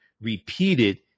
repeated